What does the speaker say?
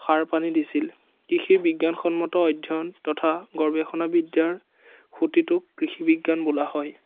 সাৰ পানী দিছিল কৃষিৰ বিজ্ঞানসন্মত অধ্যয়ন তথা গৱেষণা বিদ্যাৰ সুতিটোক কৃষিবিজ্ঞান বোলা হয়